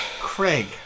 Craig